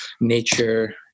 nature